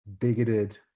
bigoted